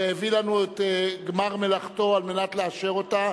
והביא לנו את גמר מלאכתו כדי לאשר אותה,